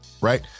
Right